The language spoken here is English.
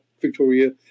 Victoria